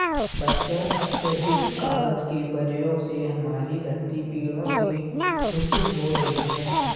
बच्चों अत्याधिक कागज के प्रयोग से हमारी धरती पेड़ों से क्षुब्ध हो रही है